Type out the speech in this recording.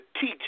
teach